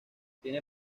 tiene